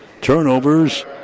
Turnovers